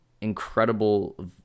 incredible